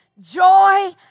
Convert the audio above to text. joy